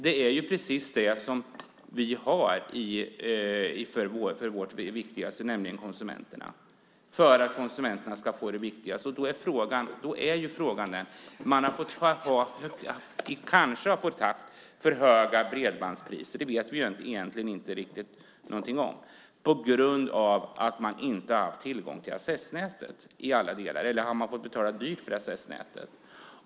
Det viktigaste är konsumenterna. Det har kanske varit för höga bredbandspriser - det vet vi egentligen inte riktigt - på grund av att man inte har haft tillgång till accessnätet i alla delar. Eller har man fått betala dyrt för accessnätet?